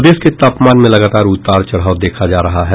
प्रदेश के तापमान में लगातार उतार चढ़ाव देखा जा रहा है